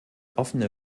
offene